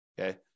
okay